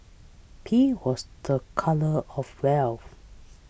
pink was the colour of wealth